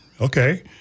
okay